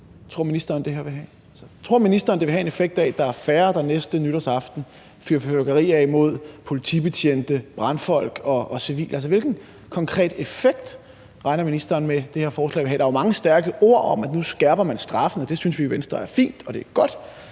tror ministeren det her vil have? Tror ministeren, det vil have en effekt af, at der er færre, der næste nytårsaften fyrer fyrværkeri af mod politibetjente, brandfolk og civile? Altså, hvilken konkret effekt regner ministeren med at det her forslag vil have? Der er jo mange stærke ord om, at nu skærper man straffen, og det synes vi i Venstre er fint og godt,